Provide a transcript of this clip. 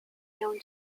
known